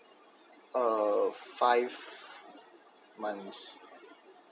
oh five months